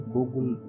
Google